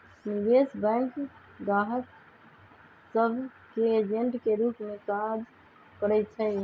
निवेश बैंक गाहक सभ के एजेंट के रूप में काज करइ छै